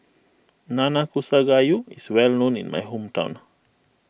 Nanakusa Gayu is well known in my hometown